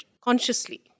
consciously